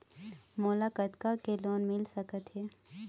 मोला कतका के लोन मिल सकत हे?